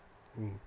mm